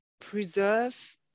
preserve